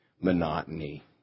monotony